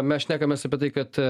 mes šnekamės apie tai kad